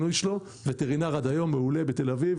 והוא עד היום וטרינר מעולה בתל אביב,